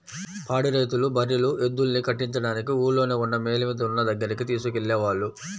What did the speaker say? పాడి రైతులు బర్రెలు, ఎద్దుల్ని కట్టించడానికి ఊల్లోనే ఉన్న మేలిమి దున్న దగ్గరికి తీసుకెళ్ళేవాళ్ళు